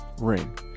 ring